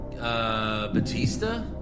Batista